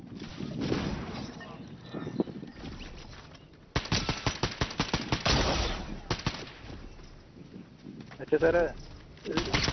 ᱟᱪᱪᱷᱟ ᱛᱟᱞᱦᱮ